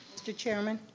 mr. chairman.